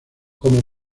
como